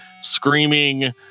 screaming